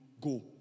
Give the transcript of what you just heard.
go